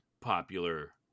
popular